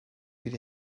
bir